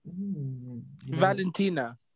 Valentina